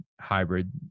hybrid